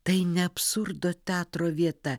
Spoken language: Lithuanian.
tai ne absurdo teatro vieta